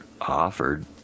offered